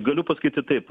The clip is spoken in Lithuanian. galiu pasakyti taip